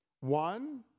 One